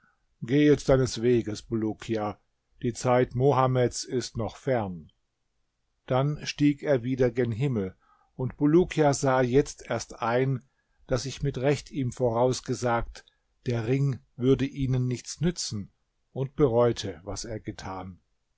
geh jetzt deines weges bulukia die zeit mohammeds ist noch fern dann stieg er wieder gen himmel und bulukia sah jetzt erst ein daß ich mit recht ihm vorausgesagt der ring würde ihnen nichts nützen und bereute was er getan